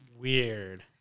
Weird